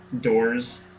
doors